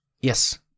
yes